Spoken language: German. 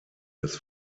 des